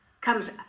comes